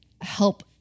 help